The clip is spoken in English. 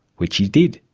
which he did.